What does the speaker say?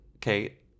Kate